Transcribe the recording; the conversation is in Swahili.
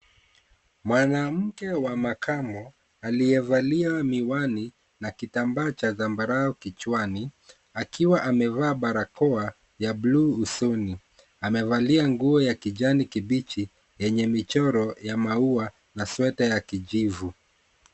Mwanamke wa makamo aliyevalia miwani na kitambaa cha zambarau kichwani akiwa amevaa barakoa ya bluu usoni, amevalia nguo ya kijani kibichi yenye michoro ya maua na sweta ya kijivu.